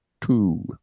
two